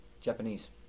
Japanese